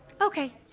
Okay